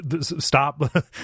stop